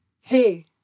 hey